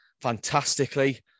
fantastically